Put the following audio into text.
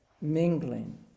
mingling